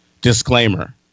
Disclaimer